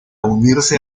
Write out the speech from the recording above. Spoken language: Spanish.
unirse